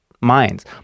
minds